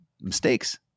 mistakes